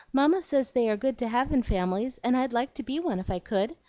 mamma says they are good to have in families, and i'd like to be one if i could.